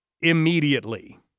immediately